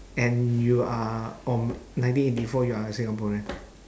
and you are on ninety eighty four you are a singaporean